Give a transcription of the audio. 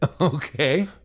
Okay